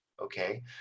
Okay